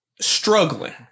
struggling